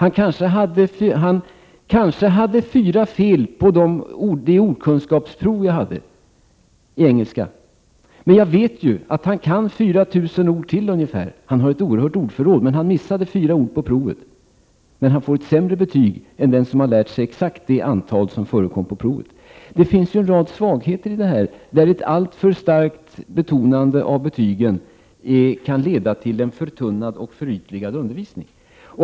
Eleven hade kanske fyra fel i ordkunskapsprovet i engelska, men läraren vet att han kan 4 000 ord till och har ett oerhört stort ordförråd. Ändå får han ett sämre betyg än den som hade lärt sig exakt det antal ord som förekom på provet. Det finns en rad svagheter i detta system, där ett alltför starkt betonande av betygen kan leda till en förtunnad och förytligad undervisning.